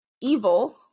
evil